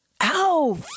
Ow